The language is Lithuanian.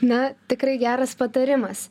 na tikrai geras patarimas